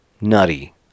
nutty